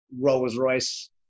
Rolls-Royce